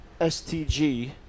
STG